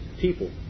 people